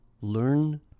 Learn